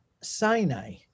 Sinai